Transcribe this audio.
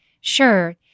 Sure